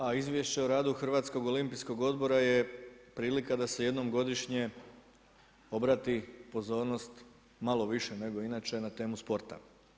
A Izvješće o radu Hrvatskom olimpijskog odbora je prilika da se jednom godišnje obrati pozornost malo više nego inače na temu sporta.